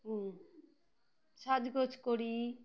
হুম সাজগোজ করি